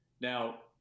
Now